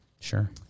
Sure